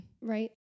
right